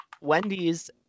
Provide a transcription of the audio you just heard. Wendy's